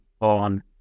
on